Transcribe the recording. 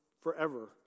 forever